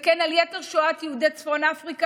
וכן על שואת יתר יהודי צפון אפריקה,